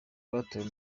batawe